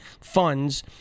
funds